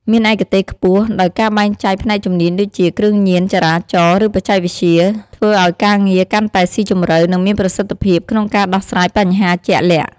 មានឯកទេសខ្ពស់ ដោយការបែងចែកផ្នែកជំនាញដូចជា គ្រឿងញៀន ចរាចរណ៍ ឬបច្ចេកវិទ្យា ធ្វើឱ្យការងារកាន់តែស៊ីជម្រៅ និងមានប្រសិទ្ធភាពក្នុងការដោះស្រាយបញ្ហាជាក់លាក់។